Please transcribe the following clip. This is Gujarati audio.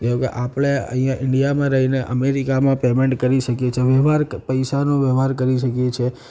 જેમ કે આપડે અહીંયાં ઇન્ડિયામાં રહીને અમેરિકામાં પેમેન્ટ કરી શકીએ છીએ વ્યવહાર પૈસાનો વ્યવહાર કરી શકીએ છીએ